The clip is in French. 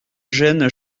genès